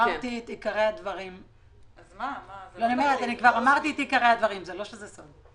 אמרתי את עיקרי הדברים, זה לא שזה סוד.